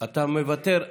מוותר.